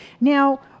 Now